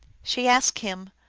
she asked him,